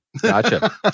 Gotcha